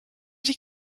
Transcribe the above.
die